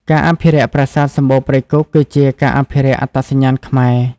ការអភិរក្សប្រាសាទសំបូរព្រៃគុក គឺជាការអភិរក្សអត្តសញ្ញាណខ្មែរ។